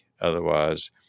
otherwise